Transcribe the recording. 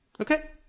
Okay